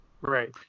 Right